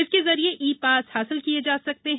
इसके जरिए e pass हासिल किये जा सकते हैं